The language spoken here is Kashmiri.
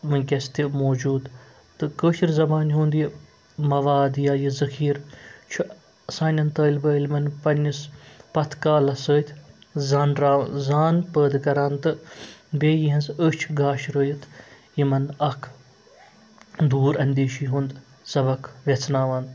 وٕنۍکٮ۪س تہِ موجوٗد تہٕ کٲشِر زبانہِ ہُنٛد یہِ مواد یا یہِ ذٔخیٖر چھُ سانٮ۪ن طٲلبہٕ علمَن پنٛنِس پَتھ کالَس سۭتۍ زانراو زان پٲدٕ کَران تہٕ بیٚیہِ یِہٕنٛز أچھ گاش رٲیِتھ یِمَن اَکھ دوٗر اَندیشی ہُنٛد سَبق ویژھناوان